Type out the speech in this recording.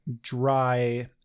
dry